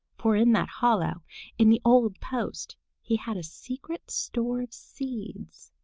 for in that hollow in the old post he had a secret store of seeds.